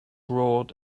roared